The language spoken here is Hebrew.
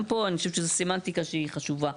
גם פה, אני חושבת שזו סמנטיקה שהיא חשובה.